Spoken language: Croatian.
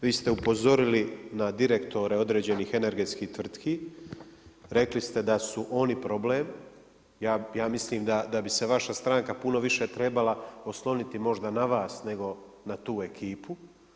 Vi ste upozorili na direktore određenih energetski tvrtki, rekli ste da su oni problem, ja mislim da bi se vaša stranka puno više trebala osloniti možda na vas nego na tu ekipu.